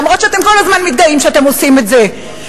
למרות שכל הזמן אתם מתגאים שאתם עושים את זה.